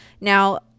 Now